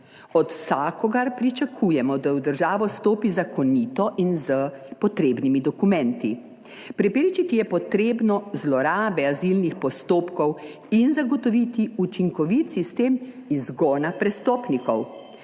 Od vsakogar pričakujemo, da v državo stopi zakonito in s potrebnimi dokumenti. Preprečiti je potrebno zlorabe azilnih postopkov in zagotoviti učinkovit sistem izgona prestopnikov,